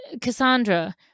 Cassandra